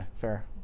fair